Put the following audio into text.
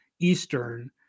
Eastern